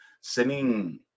sending